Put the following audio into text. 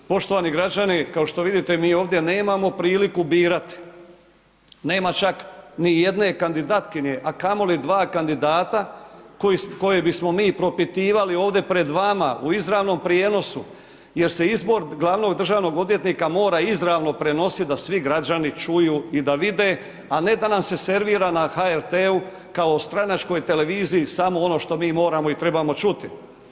Poštovani građani, kao što vidite mi ovdje nemamo priliku birati, nema čak nijedne kandidatkinje, a kamoli dva kandidata koje bismo mi propitivali ovdje pred vama u izravnom prijenosu jer se izbor glavnog državnog odvjetnika mora izravno prenositi da svi građani čuju i da vide, a ne da nam se servira na HRT-u kao stranačkoj televiziji samo ono što mi moramo i trebamo čuti.